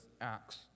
ACTS